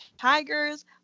tigers